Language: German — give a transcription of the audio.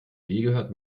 gehört